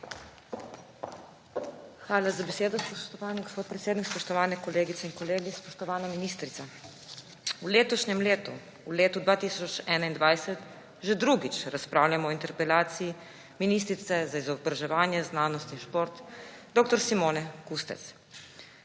Hvala za besedo, spoštovani gospod predsednik. Spoštovane kolegice in kolegi, spoštovana ministrica! V letošnjem letu, v letu 2021 že drugič razpravljamo o interpelaciji ministrice za izobraževanje, znanost in šport dr. Simone Kustec.